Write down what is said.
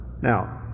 Now